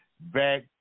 back